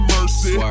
Mercy